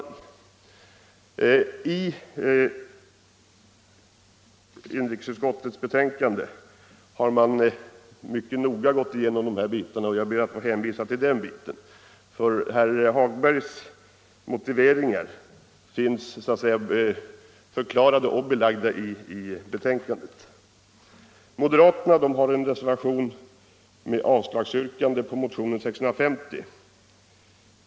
I inrikesutskottets betänkande har dessa avsnitt gåtts igenom mycket noga, och jag ber att få hänvisa till utskottets skrivning. Den problematik som herr Hagberg i Borlänge anförde som motivering finns alltså förklarad i betänkandet. Moderaterna har avgivit en reservation med yrkande om avslag på motionen 650.